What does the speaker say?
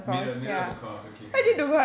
middle middle of the course okay okay